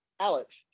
Alex